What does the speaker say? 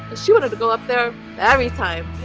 she wanted to go up there every time